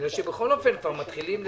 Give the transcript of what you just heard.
בגלל שבכל אופן מתחילים לדבר.